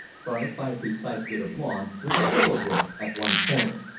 fronted by a precise bit of lawn, with a willow bush at one corner.